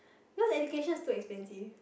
cause education is too expensive